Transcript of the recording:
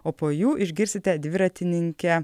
o po jų išgirsite dviratininkę